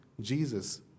Jesus